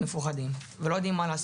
מפוחדים ולא יודעים מה לעשות.